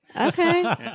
Okay